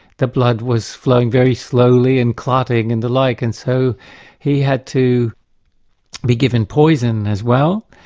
the blood was flowing very slowly and clotting and the like, and so he had to be given poison as well,